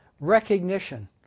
recognition